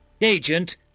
Agent